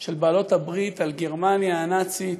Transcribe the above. של בעלות הברית על גרמניה הנאצית,